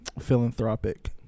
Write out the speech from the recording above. Philanthropic